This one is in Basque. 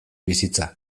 bizitza